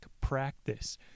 practice